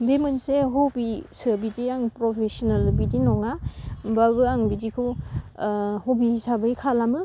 बे मोनसे हबिसो बिदि आं प्रभिशनेल बिदि नङा होमबाबो आं बिदिखौ हबि हिसाबै खालामो